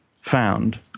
found